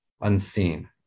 unseen